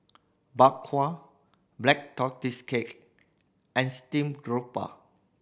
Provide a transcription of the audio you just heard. Bak Kwa Black Tortoise Cake and steamed grouper